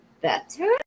better